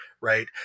right